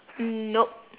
mm nope